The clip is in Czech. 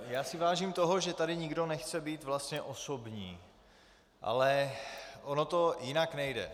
Já si vážím toho, že tady nikdo nechce být vlastně osobní, ale ono to jinak nejde.